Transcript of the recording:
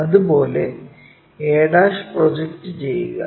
അതുപോലെ a project ചെയ്യുക